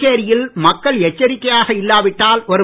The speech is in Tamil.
புதுச்சேரியில் மக்கள் எச்சரிக்கையாக இல்லாவிட்டால் வரும்